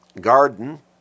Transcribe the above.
garden